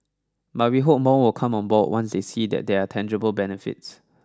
but we hope more will come on board once they see that there are tangible benefits